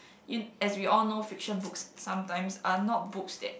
in as we all know fiction book sometimes are not books that